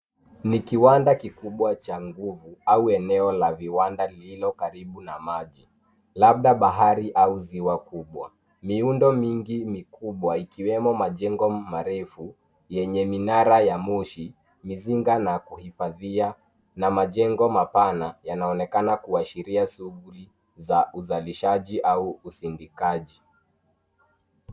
Ni kiwanda kikubwa cha nguvu au eneo la viwanda lililo karibu na maji. Labda bahari au ziwa kubwa. Miundo mingi mikubwa ikiwemo majengo marefu yenye minara ya moshi, mjinga ya kuhifadhia na majengo mapana yanaonekana kuashiria shughuli za uzalishaji au usindikaji.